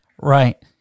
Right